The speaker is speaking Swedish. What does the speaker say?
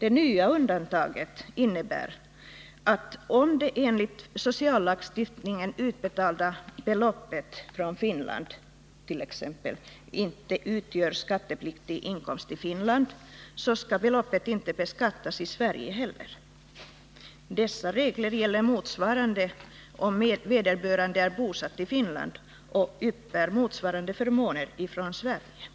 Det nya undantaget innebär, att om det enligt sociallagstiftningen utbetalda beloppet från t.ex. Finland inte utgör skattepliktig inkomst där, skall beloppet inte heller beskattas i Sverige. Denna regel gäller också om vederbörande är bosatt i Finland och uppbär motsvarande förmåner från Sverige.